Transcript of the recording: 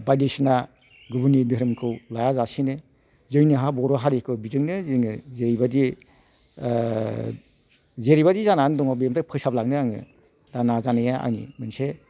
बायदिसिना गुबुननि धोरोमखौ लायाजासेनो जोंनि बर' हारिखौ बिजोंनो जोङो जेरैबायदि जेरैबायदि जानानै दङ बेनिफ्राय फोसाबलांनो आङो दा नाजाया आंनि मोनसे